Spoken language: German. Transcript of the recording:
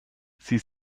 sie